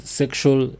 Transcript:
sexual